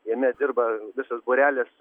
jame dirba visas būrelis